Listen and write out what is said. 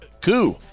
coup